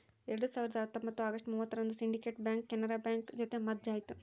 ಎರಡ್ ಸಾವಿರದ ಹತ್ತೊಂಬತ್ತು ಅಗಸ್ಟ್ ಮೂವತ್ತರಂದು ಸಿಂಡಿಕೇಟ್ ಬ್ಯಾಂಕ್ ಕೆನರಾ ಬ್ಯಾಂಕ್ ಜೊತೆ ಮರ್ಜ್ ಆಯ್ತು